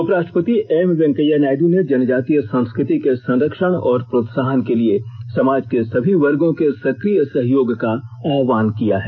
उपराष्ट्रपति एम वेंकैया नायडु ने जनजातीय संस्कृति के संरक्षण और प्रोत्साहन के लिए समाज के सभी वर्गों के सक्रिय सहयोग का आह्वान किया है